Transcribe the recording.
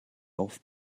auf